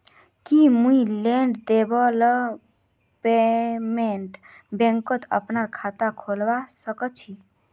की मुई land development बैंकत अपनार खाता खोलवा स ख छी?